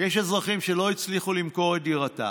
יש אזרחים שלא הצליחו למכור את דירתם,